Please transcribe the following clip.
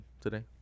today